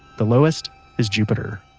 the lowest is jupiter